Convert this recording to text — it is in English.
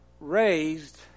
raised